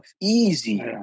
easy